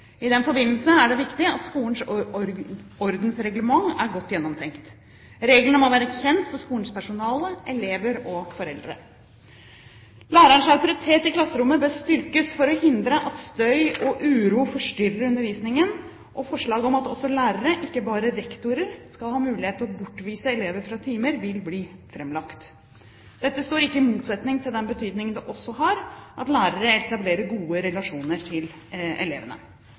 I den forbindelse er det viktig at skolens ordensreglement er godt gjennomtenkt. Reglene må være kjent for skolens personal, elever og foreldre. Lærerens autoritet i klasserommet bør styrkes for å hindre at støy og uro forstyrrer undervisningen, og forslag om at også lærere, ikke bare rektorer, skal ha mulighet til å bortvise elever fra timer, vil bli framlagt. Dette står ikke i motsetning til den betydningen det også har at lærere etablerer gode relasjoner til elevene.